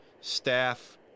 staff